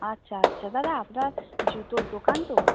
আচ্ছা আচ্ছা দাদা আপনার জুতোর দোকান তো